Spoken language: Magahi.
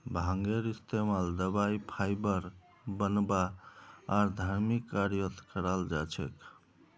भांगेर इस्तमाल दवाई फाइबर बनव्वा आर धर्मिक कार्यत कराल जा छेक